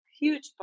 huge